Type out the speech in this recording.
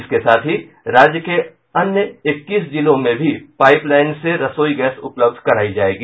इसके साथ ही राज्य के अन्य इक्कीस जिलों में भी पाइपलाइन से रसोई गैस उपलब्ध करायी जायेगी